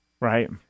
Right